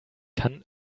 kann